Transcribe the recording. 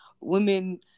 women